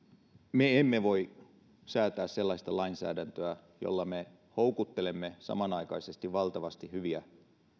me emme voi säätää sellaista lainsäädäntöä jolla me houkuttelemme valtavasti hyviä